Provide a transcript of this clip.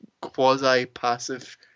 quasi-passive